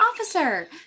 Officer